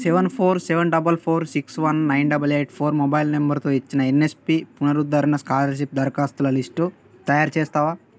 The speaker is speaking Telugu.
seven four seven double four six one nine double eight four mobile నంబరుతో ఇచ్చిన ఎన్ఎస్పి పునరుద్ధరణ స్కాలర్షిప్ దరఖాస్తుల లిస్టు తయారు చేస్తావా